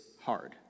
hard